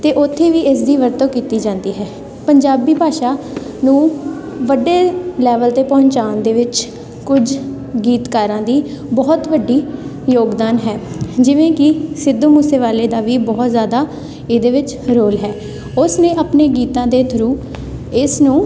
ਅਤੇ ਉੱਥੇ ਵੀ ਇਸ ਦੀ ਵਰਤੋਂ ਕੀਤੀ ਜਾਂਦੀ ਹੈ ਪੰਜਾਬੀ ਭਾਸ਼ਾ ਨੂੰ ਵੱਡੇ ਲੈਵਲ 'ਤੇ ਪਹੁੰਚਾਉਣ ਦੇ ਵਿੱਚ ਕੁਝ ਗੀਤਕਾਰਾਂ ਦੀ ਬਹੁਤ ਵੱਡੀ ਯੋਗਦਾਨ ਹੈ ਜਿਵੇਂ ਕਿ ਸਿੱਧੂ ਮੂਸੇਵਾਲੇ ਦਾ ਵੀ ਬਹੁਤ ਜ਼ਿਆਦਾ ਇਹਦੇ ਵਿੱਚ ਰੋਲ ਹੈ ਉਸ ਨੇ ਆਪਣੇ ਗੀਤਾਂ ਦੇ ਥਰੂ ਇਸ ਨੂੰ